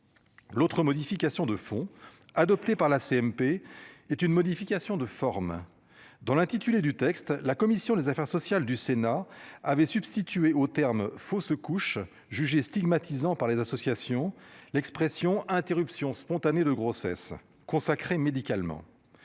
L'autre modification de fond adoptée par la CMP est une modification de forme. Dans l'intitulé du texte, la commission des affaires sociales du Sénat avait substitué au terme fausse couche jugé stigmatisant par les associations l'expression interruptions spontanées de grossesse consacré médicalement.